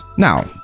Now